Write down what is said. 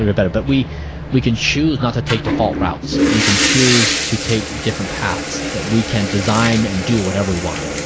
ah but but we we can choose not to take default routes. we can choose to take different paths that we can design and do whatever we want.